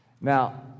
Now